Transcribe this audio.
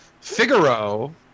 Figaro